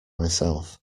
myself